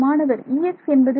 மாணவர் Ex என்பது